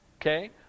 Okay